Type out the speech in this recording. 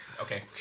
Okay